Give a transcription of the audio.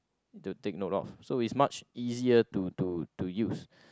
to take note of so it's much easier to to to use